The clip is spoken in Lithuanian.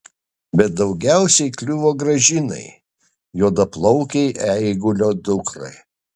bet daugiausiai kliuvo gražinai juodaplaukei eigulio dukrai